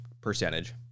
percentage